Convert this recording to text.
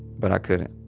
but i couldn't.